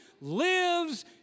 lives